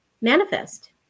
manifest